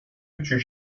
üçü